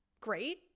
great